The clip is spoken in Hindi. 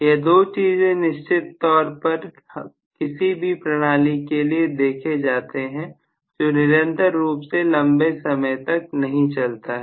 यह दो चीजें निश्चित तौर पर किसी भी प्रणाली के लिए देखे जाते हैं जो निरंतर रूप से लंबे समय तक नहीं चलता है